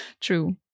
True